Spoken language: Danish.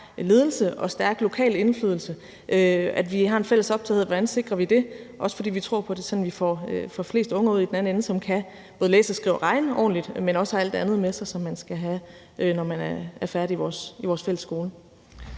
ledelse og stærk lokal indflydelse, også fordi vi tror på, at det er sådan, vi får flest unge ud i den anden ende, som både kan læse, skrive og regne ordentligt, men som også har alt det andet med sig, som man skal have, når man er færdig i vores fælles skole.